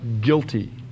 guilty